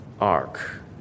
ark